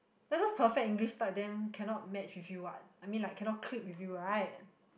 then those perfect English type then cannot match with you what I mean like cannot clique with you right